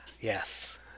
yes